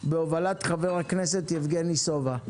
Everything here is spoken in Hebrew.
בהובלת חבר הכנסת, יבגני סובה.